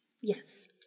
Yes